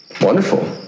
Wonderful